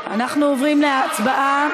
חברים, אנחנו עוברים להצבעה.